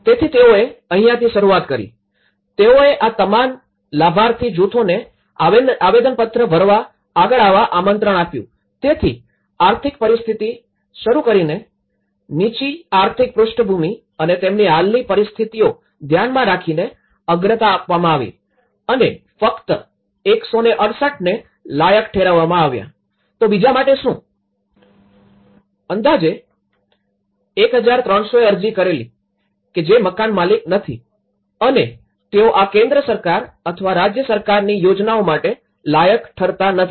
તેથી તેઓએ અહીંયાથી શરૂઆત કરી તેઓએ આ તમામ લાભાર્થી જૂથોને આવેદનપત્ર ભરવા આગળ આવવા આમંત્રણ આપ્યું તેથી આર્થિક સ્થિતિથી શરૂ કરીને નીચી આર્થિક પૃષ્ઠભૂમિ અને તેમની હાલની પરિસ્થિતિઓ ધ્યાનમાં રાખીને અગ્રતા આપવામાં આવી અને ફક્ત ૧૬૮ને લાયક ઠેરવવામાં આવ્યા તો બીજા માટે શું અંદાજે ૧૩૦૦એ અરજી કરેલી કે જે મકાન મલિક નથી અને તેઓ આ કેન્દ્ર સરકાર અથવા રાજ્ય સરકારની યોજનાઓ માટે લાયક ઠરતા નથી